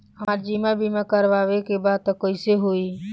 हमार जीवन बीमा करवावे के बा त कैसे होई?